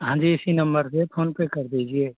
हाँ जी इसी नंबर पे फ़ोन पे कर दीजिए